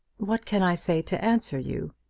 what can i say to answer you?